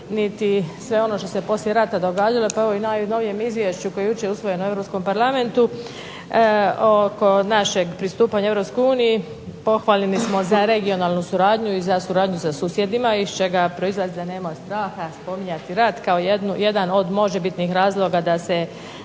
niti sve ono što se poslije rata događalo pa evo i ovom najnovijem izvješću koje je jučer usvojeno u europskom Parlamentu oko našeg pristupanja EU, pohvaljeni smo za regionalnu suradnju i za suradnju sa susjedima iz čega proizlazi da nema straha spominjati rat kao jedan od možebitnih razloga da se